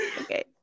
Okay